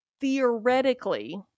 theoretically